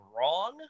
wrong